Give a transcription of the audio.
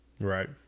Right